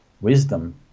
wisdom